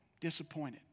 disappointed